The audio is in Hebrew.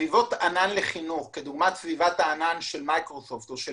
סביבות ענן לחינוך כדוגמת סביבת הענן של מיקרוסופט או של